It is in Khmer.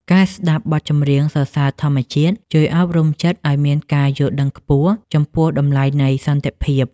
ការស្ដាប់បទចម្រៀងសរសើរធម្មជាតិ ជួយអប់រំចិត្តឱ្យមានការយល់ដឹងខ្ពស់ចំពោះតម្លៃនៃសន្តិភាព។